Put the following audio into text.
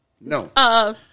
No